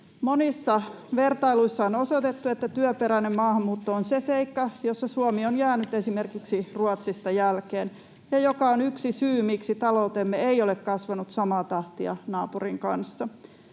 Monissa vertailuissa on osoitettu, että työperäinen maahanmuutto on se seikka, jossa Suomi on jäänyt esimerkiksi Ruotsista jälkeen ja joka on yksi syy, miksi taloutemme ei ole kasvanut samaa tahtia naapurin kanssa.